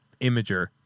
imager